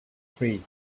three